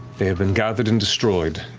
they have been gathered and destroyed.